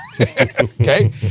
Okay